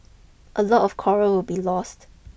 a lot of coral will be lost